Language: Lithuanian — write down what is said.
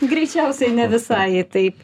greičiausiai ne visai taip